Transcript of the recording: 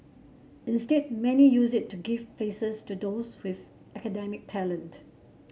instead many use it to give places to those with academic talent